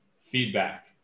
feedback